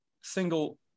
single